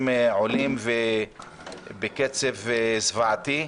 המספרים עולים בקצב זוועתי.